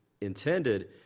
intended